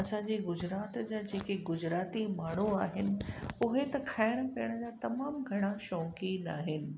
असांजे गुजरात जा जेके गुजराती माण्हू आहिनि उहे त खाइण पीअण जा तमाम घणा शौक़ीन आहिनि